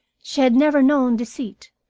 she had never known deceit,